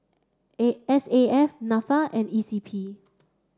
A S F NAFA and E C P